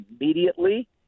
immediately